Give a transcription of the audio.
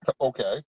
okay